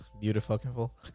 beautiful